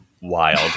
wild